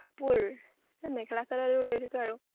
কাপোৰ এই মেখেলা চাদৰ লৈ থৈছোঁ আৰু